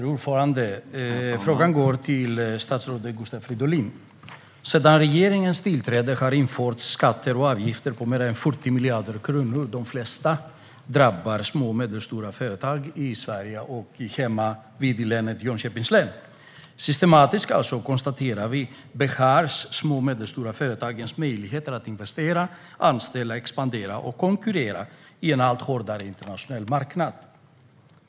Herr talman! Min fråga går till statsrådet Gustav Fridolin. Sedan regeringen tillträdde har man infört skatter och avgifter på mer än 40 miljarder kronor. De flesta av dessa drabbar små och medelstora företag i Sverige, bland annat i mitt hemlän Jönköpings län. Vi konstaterar att man systematiskt beskär de små och medelstora företagens möjligheter att investera, anställa, expandera och konkurrera på en allt hårdare internationell marknad.